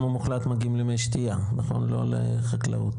המוחלט מגיעים למי שתייה נכון לא לחקלאות?